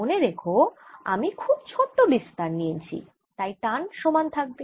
মনে রেখো আমি খুব ছোট বিস্তার নিয়েছি তাই টান সমান থাকবে